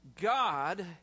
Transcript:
God